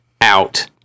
out